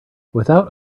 without